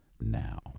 now